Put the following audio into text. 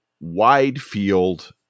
wide-field